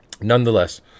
Nonetheless